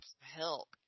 help